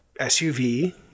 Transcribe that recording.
SUV